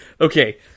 Okay